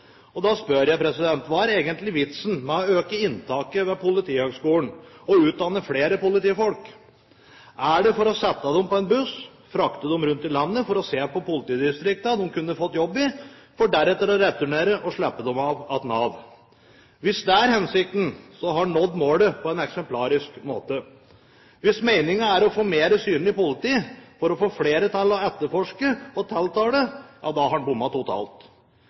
årene. Da spør jeg: Hva er egentlig vitsen med å øke inntaket på Politihøgskolen og utdanne flere politifolk? Er det for å sette dem på en buss, frakte dem rundt i landet for å se på politidistriktene som de kunne fått jobb i, for deretter å returnere og slippe dem av hos Nav? Hvis det er hensikten, har han nådd målet på en eksemplarisk måte. Hvis meningen er å få mer synlig politi, flere til å etterforske og tiltale, har han bommet totalt.